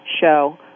show